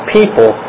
people